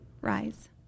rise